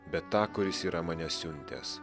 bet tą kuris yra mane siuntęs